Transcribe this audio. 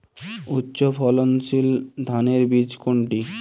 উচ্চ ফলনশীল ধানের বীজ কোনটি?